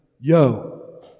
yo